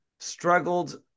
struggled